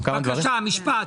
בבקשה, משפט.